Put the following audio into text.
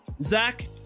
Zach